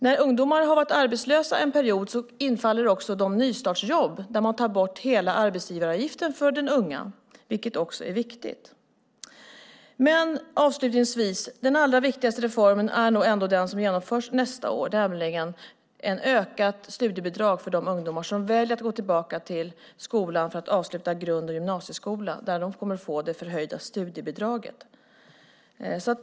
När ungdomar har varit arbetslösa en period infaller också de nystartsjobb där man tar bort hela arbetsgivaravgiften för den unga. Det är också viktigt. Den allra viktigaste reformen är nog ändå den som genomförs nästa år, nämligen ett ökat studiebidrag för de ungdomar som väljer att gå tillbaka till skolan för att avsluta grund och gymnasieskolan. De kommer att få det förhöjda studiebidraget.